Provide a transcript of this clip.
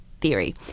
theory